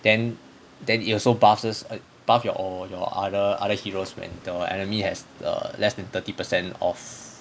then then it also buffs uh buff your your other other heroes when the enemy has err less than thirty percent off